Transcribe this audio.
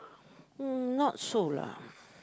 mm not so lah